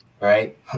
right